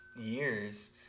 years